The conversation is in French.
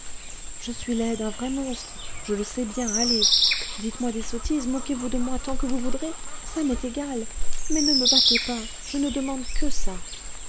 je suis laide un vrai monstre je le sais bien allez dites-moi des sottises moquez vous de moi tant que vous voudrez ça m'est égal mais ne me battez pas je ne demande que ça